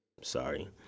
sorry